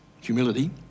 humility